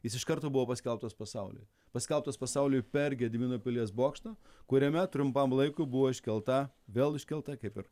jis iš karto buvo paskelbtas pasauliui paskelbtas pasauliui per gedimino pilies bokštą kuriame trumpam laikui buvo iškelta vėl iškelta kaip ir